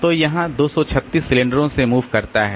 तो यहां 236 सिलेंडरों से मूव करता है